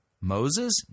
Moses